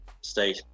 Stay